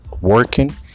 working